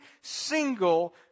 single